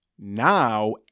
now